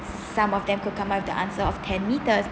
s~ some of them could come out with the answer of ten meters